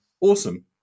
Awesome